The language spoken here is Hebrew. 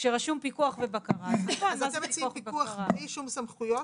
כשרשום פיקוח ובקרה -- אז אתם מציעים סעיף פיקוח בלי שום סמכויות?